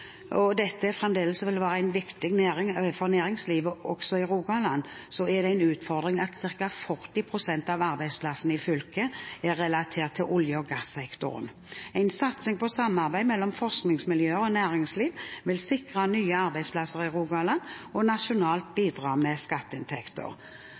og dette fremdeles vil være viktig for næringslivet også i Rogaland, er det en utfordring at ca. 40 pst. av arbeidsplassene i fylket er relatert til olje- og gassektoren. En satsing på samarbeid mellom forskningsmiljøer og næringsliv vil sikre nye arbeidsplasser i Rogaland og nasjonalt